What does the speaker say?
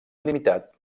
limitat